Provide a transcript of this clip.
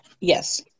Yes